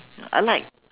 I like